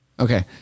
Okay